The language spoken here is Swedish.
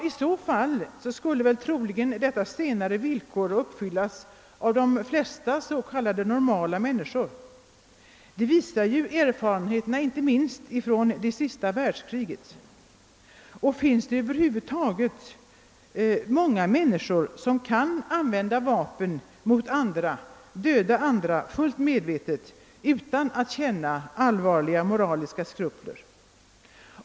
I så fall skulle troligen det senare villkoret uppfyllas av de flesta s.k. normala människor, det visar erfarenheterna inte minst från det senaste världskriget. Och finns det över huvud taget många människor som kan använda vapen mot andra, fullt medvetet döda andra, utan att känna allvarliga moraliska skrupler?